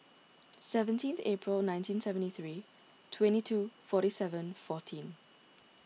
seventeen April nineteen seventy three twenty two forty seven fourteen